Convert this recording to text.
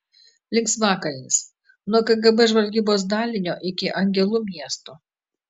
linksmakalnis nuo kgb žvalgybos dalinio iki angelų miesto